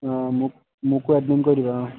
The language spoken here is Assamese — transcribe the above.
অঁ মোক মোকো এডমিন কৰি দিবা অঁ